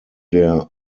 der